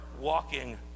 walking